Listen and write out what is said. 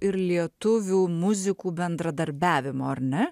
ir lietuvių muzikų bendradarbiavimo ar ne